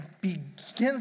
begins